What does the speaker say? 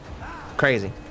Crazy